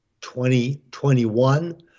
2021